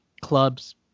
clubs